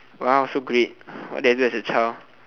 !wow! so great what did I do as a child